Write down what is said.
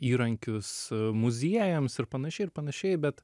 įrankius muziejams ir panašiai ir panašiai bet